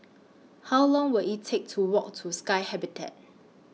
How Long Will IT Take to Walk to Sky Habitat